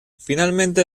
finalmente